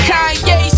Kanye